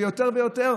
ויותר ויותר.